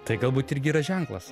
tai galbūt irgi yra ženklas